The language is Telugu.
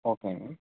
ఓకే అండి